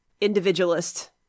individualist